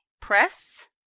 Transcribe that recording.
Press